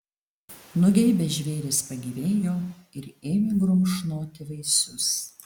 nugeibę žvėrys pagyvėjo ir ėmė grumšnoti vaisius